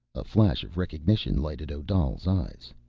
a flash of recognition lighted odal's eyes.